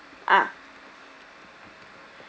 ah